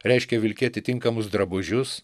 reiškė vilkėti tinkamus drabužius